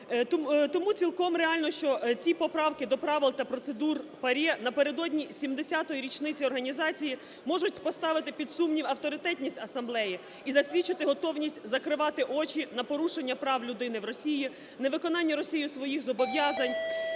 Тому цілком реально, що ці поправки до правил та процедур ПАРЄ напередодні 70 річниці організації можуть поставити під сумнів авторитетність Асамблеї і засвідчити готовність закривати очі на порушення прав людини в Росії, невиконання Росією своїх зобов'язань,